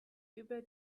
über